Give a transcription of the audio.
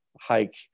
hike